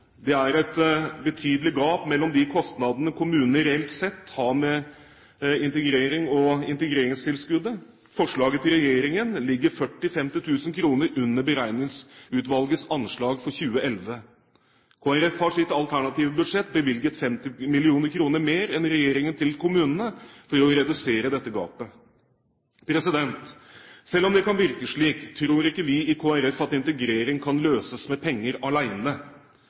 Det er et betydelig gap mellom de kostnadene kommunene reelt sett har med integrering og integreringstilskuddet. Forslaget til Regjeringen ligger 40–50 000 kr under beregningsutvalgets anslag for 2011. Kristelig Folkeparti har i sitt alternative budsjett bevilget 50 mill. kr mer enn regjeringen til kommunene for å redusere dette gapet. Selv om det kan virke slik, tror ikke vi i Kristelig Folkeparti at integrering kan løses med penger